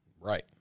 Right